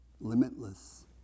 limitless